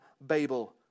Babel